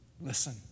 Listen